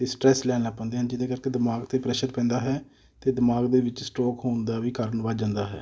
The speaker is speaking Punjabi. ਅਤੇ ਸਟਰੈਸ ਲੈਣ ਲੱਗ ਪੈਂਦੇ ਹਨ ਜਿਹਦੇ ਕਰਕੇ ਦਿਮਾਗ 'ਤੇ ਪ੍ਰੈਸ਼ਰ ਪੈਂਦਾ ਹੈ ਅਤੇ ਦਿਮਾਗ ਦੇ ਵਿੱਚ ਸਟੋਕ ਹੋਣ ਦਾ ਵੀ ਕਾਰਨ ਵੱਧ ਜਾਂਦਾ ਹੈ